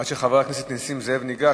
עד שחבר הכנסת נסים זאב ניגש,